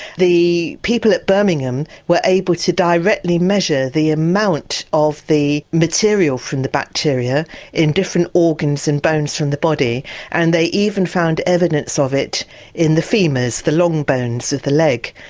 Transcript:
the people at birmingham were able to directly measure the amount of the material from the bacteria in different organs and bones from the body and they even found evidence of it in the femurs, the long bones of the leg.